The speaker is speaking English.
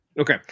Okay